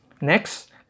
next